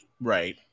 right